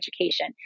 education